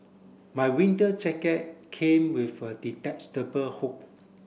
my winter jacket came with a hood